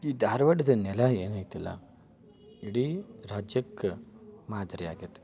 ಈ ಧಾರವಾಡದ ನೆಲ ಏನು ಐತಲ್ಲ ಇಡೀ ರಾಜ್ಯಕ್ಕೆ ಮಾದರಿ ಆಗೈತಿ